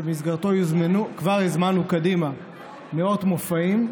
שבמסגרתו יוזמנו מאות מופעים,